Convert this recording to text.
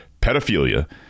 pedophilia